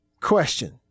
question